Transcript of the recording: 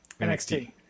NXT